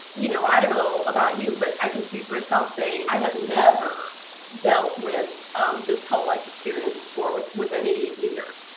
you know i don't know about you but i can speak for myself saying i have never dealt with this cult-like experience before with with any leader.